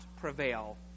prevail